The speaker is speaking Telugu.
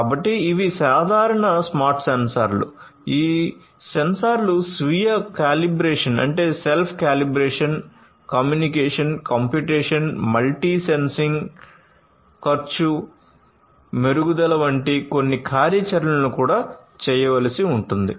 కాబట్టి ఇవి సాధారణ స్మార్ట్ సెన్సార్లు ఈ సెన్సార్లు స్వీయ calibration communication computation multi sensing ఖర్చు మెరుగుదల వంటి కొన్ని కార్యాచరణలను కూడా చేయవలసి ఉంటుంది